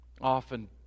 often